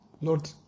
Lord